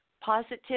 positive